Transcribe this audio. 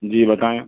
जी बताएँ